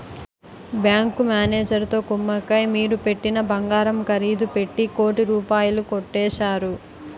bank మేనేజరుతో కుమ్మక్కై మీరు పెట్టిన బంగారం ఖరీదు పెట్టి కోటి రూపాయలు కొట్టేశారు